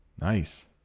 Nice